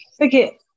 Okay